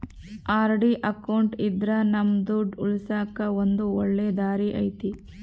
RD account ಇದ್ರ ನಮ್ ದುಡ್ಡು ಉಳಿಸಕ ಇದು ಒಳ್ಳೆ ದಾರಿ ಐತಿ